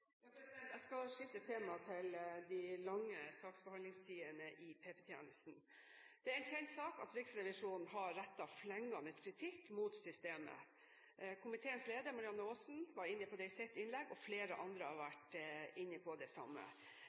Jeg skal skifte tema til de lange saksbehandlingstidene i PP-tjenesten. Det er en kjent sak at Riksrevisjonen har rettet flengende kritikk mot systemet. Komiteens leder, Marianne Aasen, var inne på det i sitt innlegg, og flere andre har vært inne på det samme.